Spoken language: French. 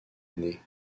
année